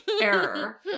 error